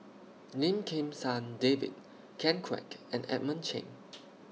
Lim Kim San David Ken Kwek and Edmund Cheng